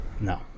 No